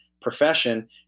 profession